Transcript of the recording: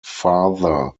father